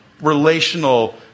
relational